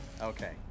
Okay